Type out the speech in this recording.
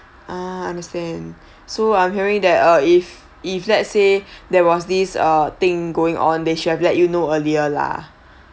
ah understand so I'm hearing that uh if if let's say there was this uh thing going on they should of let you know earlier lah